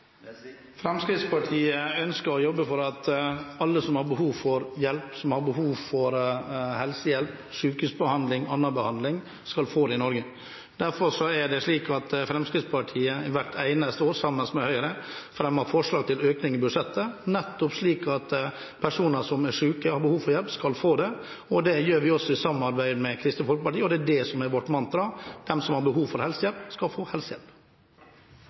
Fremskrittspartiet ønsker å jobbe for at alle som har behov for hjelp, som har behov for helsehjelp, sykehusbehandling og annen behandling, skal få det i Norge. Derfor er det slik at Fremskrittspartiet hvert eneste år, sammen med Høyre, fremmer forslag om økning i budsjettet – nettopp for at personer som er syke og har behov for hjelp, skal få det. Det gjør vi også i samarbeid med Kristelig Folkeparti. Det er det som er vårt mantra: De som har behov for helsehjelp, skal få helsehjelp.